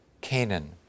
canaan